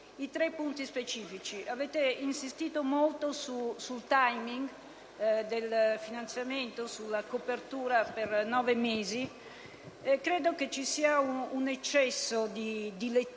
ai tre punti specifici. Avete insistito molto sul *timing* del finanziamento e sulla copertura per nove mesi. Credo che ci sia un eccesso di lettura